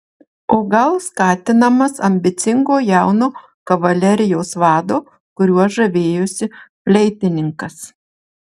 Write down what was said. o gal skatinamas ambicingo jauno kavalerijos vado kuriuo žavėjosi fleitininkas